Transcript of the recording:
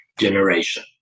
generation